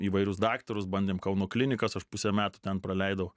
įvairius daktarus bandėm kauno klinikas aš pusę metų ten praleidau